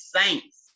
saints